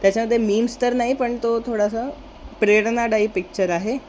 त्याच्यामध्ये मीम्स तर ना पण तो थोडासा प्रेरणादाई पिक्चर आहे